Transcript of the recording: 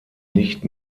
nicht